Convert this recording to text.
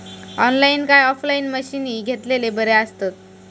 Online काय offline मशीनी घेतलेले बरे आसतात?